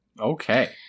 Okay